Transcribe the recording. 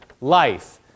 life